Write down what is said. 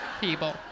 people